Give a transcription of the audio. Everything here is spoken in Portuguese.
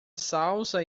salsa